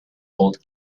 old